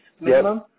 minimum